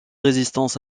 résistance